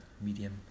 medium